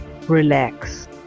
relax